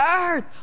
earth